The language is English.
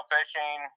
Fishing